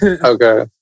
Okay